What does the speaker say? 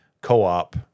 co-op